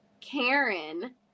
Karen